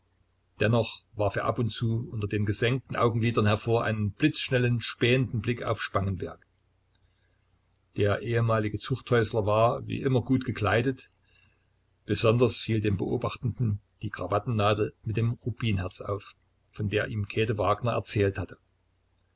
dennoch warf er ab und zu unter den gesenkten augenlidern hervor einen blitzschnell spähenden blick auf spangenberg der ehemalige zuchthäusler war wie immer gut gekleidet besonders fiel dem beobachtenden die krawattennadel mit dem rubinherz auf von der ihm käthe wagner erzählt hatte